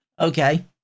Okay